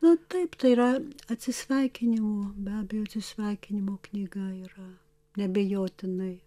nu taip tai yra atsisveikinimo be abejo atsisveikinimo knyga yra neabejotinai